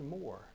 more